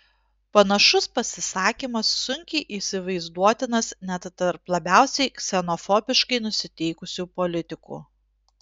panašus pasisakymas sunkiai įsivaizduotinas net tarp labiausiai ksenofobiškai nusiteikusių politikų